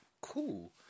cool